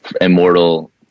Immortal